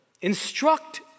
Instruct